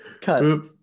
Cut